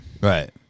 Right